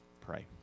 pray